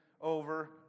over